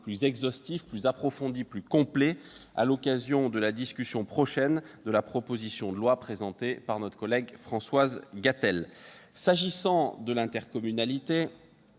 plus exhaustif et approfondi à l'occasion de la discussion prochaine de la proposition de loi présentée par notre collègue Françoise Gatel. S'agissant de l'intercommunalité,